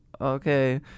okay